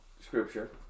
scripture